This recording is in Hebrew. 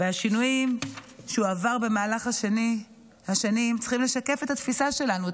והשינויים שהיא עברה במהלך השנים צריכים לשקף את התפיסה שלנו,